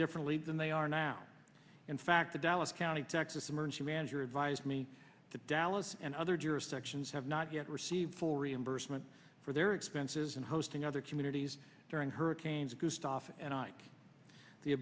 differently than they are now in fact the dallas county texas emergency manager advised me to dallas and other jurisdictions have not yet received full reimbursement for their expenses and hosting other communities during hurricanes gustav and ike the